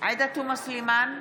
עאידה תומא סלימאן,